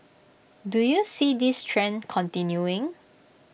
do you see this trend continuing